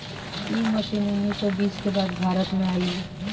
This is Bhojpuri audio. इ मशीन उन्नीस सौ बीस के बाद भारत में आईल